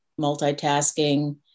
multitasking